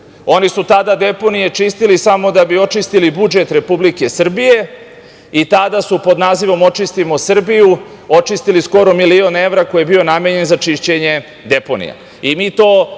Oni su tada deponije čistili samo da bi očistili budžet Republike Srbije i tada su pod nazivom „Očistimo Srbiju“, očistili skoro milion evra koji je bio namenjen za čišćenje deponija.